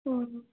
हूँ